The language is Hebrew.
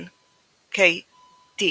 "LNKD".